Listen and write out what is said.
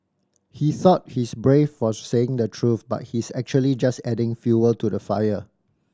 he thought he's brave for saying the truth but he's actually just adding fuel to the fire